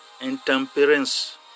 intemperance